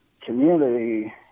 community